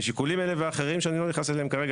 משיקולים כאלה ואחרים שאני לא נכנס אליהם כרגע,